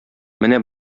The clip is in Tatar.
менә